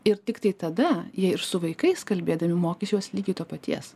ir tiktai tada jie ir su vaikais kalbėdami mokys juos lygiai to paties